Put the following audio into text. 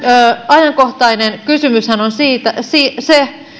ajankohtainen kysymyshän on se